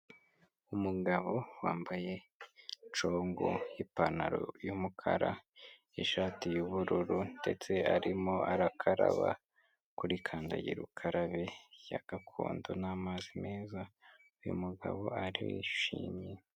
Umugabo wambaye congo n'ipantaro y'umukara n'ishati y'ubururu ndetse arimo arakaraba kuri kandagirakarabe, ya gakondo n'amazi meza uyu mugabo arishimye.